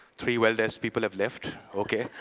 three well-dressed people have left. ok.